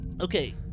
okay